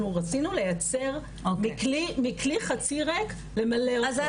אנחנו רצינו לציין מכלי חצי ריק למלא אותו.